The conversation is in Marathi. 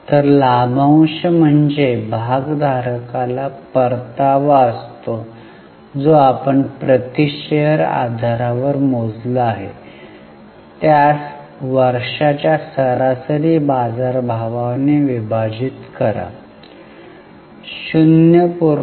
तर लाभांश म्हणजे भाग धारकाला परतावा असतो जो आपण प्रति शेअर आधारावर मोजला आहे त्यास वर्षाच्या सरासरी बाजार भावाने विभाजित करा 0